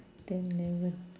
ten eleven